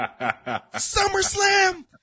SummerSlam